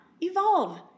evolve